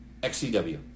XCW